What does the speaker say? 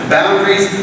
Boundaries